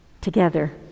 together